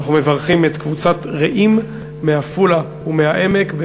אנחנו מברכים את קבוצת "רעים" מעפולה ומהעמק,